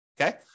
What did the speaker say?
Okay